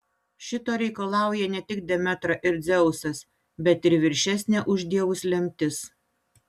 šito reikalauja ne tik demetra ir dzeusas bet ir viršesnė už dievus lemtis